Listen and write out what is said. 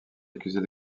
accusée